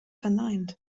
verneint